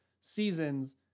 seasons